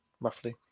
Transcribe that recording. roughly